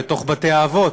לתוך בתי-האבות,